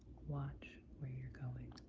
watch where you're going.